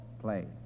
play